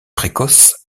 précoce